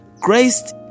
Christ